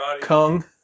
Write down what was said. Kung